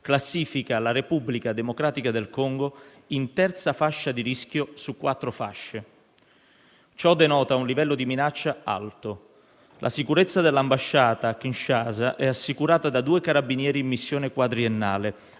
classifica la Repubblica Democratica del Congo in terza fascia di rischio su quattro. Ciò denota un livello di minaccia alto. La sicurezza dell'ambasciata a Kinshasa è assicurata da due carabinieri in missione quadriennale,